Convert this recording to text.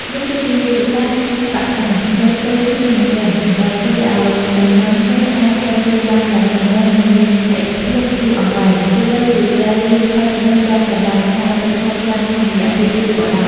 នេះគឺជាយុទ្ធសាស្ត្រវិស្វកម្ម យកទន់ឈ្នះរឹង ដែលជួយឱ្យសំណង់ឈើអាចឈរជើងបានយ៉ាងរឹងមាំ និងមានស្ថិរភាពយូរអង្វែង ទោះបីជាត្រូវស្ថិតនៅចំកណ្ដាលខ្សែទឹកហូរខ្លាំងក្នុងរយៈពេលយូរក៏ដោយ។